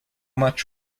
much